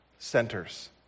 centers